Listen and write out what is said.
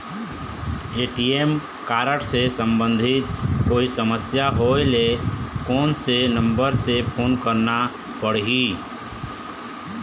ATM card से संबंधित कोई समस्या होय ले, कोन से नंबर से फोन करना पढ़ही?